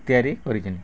ତିଆରି କରିଛନ୍ତି